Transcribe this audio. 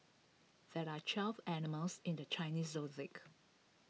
there are twelve animals in the Chinese Zodiac